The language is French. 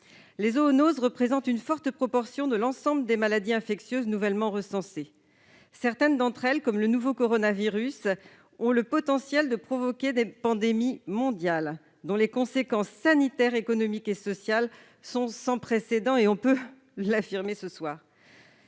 Les zoonoses représentent une forte proportion de l'ensemble des maladies infectieuses nouvellement recensées. Certaines d'entre elles, comme le nouveau coronavirus, ont le potentiel de provoquer des pandémies mondiales, dont les conséquences sanitaires, économiques et sociales sont sans précédent, comme on le voit